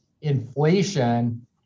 inflation